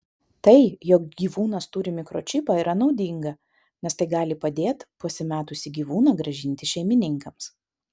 tai jog gyvūnas turi mikročipą yra naudinga nes tai gali padėt pasimetusį gyvūną grąžinti šeimininkams